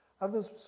others